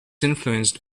influenced